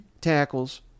tackles